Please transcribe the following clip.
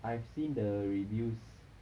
I've seen the reviews